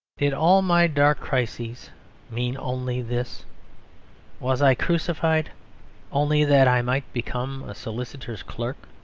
did all my dark crises mean only this was i crucified only that i might become a solicitor's clerk?